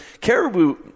Caribou